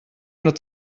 not